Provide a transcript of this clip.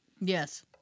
Yes